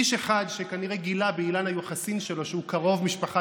איש אחד שכנראה גילה באילן היוחסין שלו שהוא קרוב משפחה